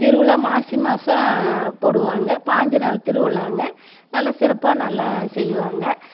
திருவிழா மாசி மாசம் போடுவாங்க பாஞ்சு நாள் திருவிழாங்க நல்லா சிறப்பாக நல்லா செய்வாங்க